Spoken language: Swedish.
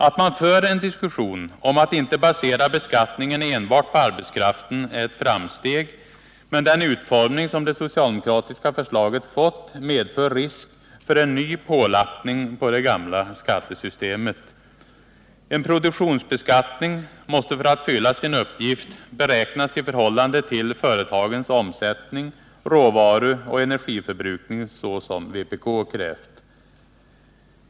Att man för en diskussion om att inte basera beskattningen enbart på arbetskraften är ett framsteg, men den utformning som det socialdemokratiska förslaget fått medför risk för en ny pålappning på det gamla skattesystemet. En produktionsbeskattning måste för att fylla sin uppgift beräknas i förhållande till företagens omsättning, råvaruoch energiförbrukning, så som vpk krävt.